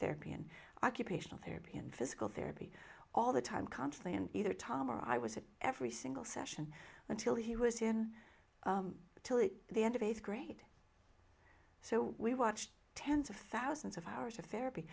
therapy and occupational therapy and physical therapy all the time constantly and either tom or i was at every single session until he was in till it the end of a great so we watched tens of thousands of hours of therapy